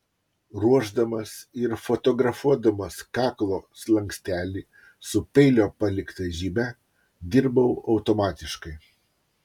ruošdamas ir fotografuodamas kaklo slankstelį su peilio palikta žyme dirbau automatiškai